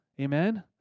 Amen